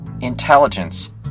Intelligence